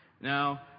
Now